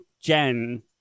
Jen